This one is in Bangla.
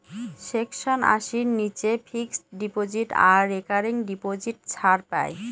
সেকশন আশির নীচে ফিক্সড ডিপজিট আর রেকারিং ডিপোজিট ছাড় পাই